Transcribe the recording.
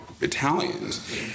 Italians